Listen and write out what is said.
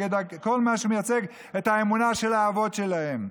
נגד כל מה שמייצג את האמונה של האבות שלהם.